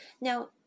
Now